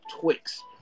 Twix